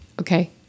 Okay